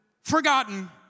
forgotten